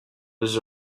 was